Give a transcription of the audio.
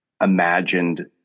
imagined